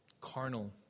carnal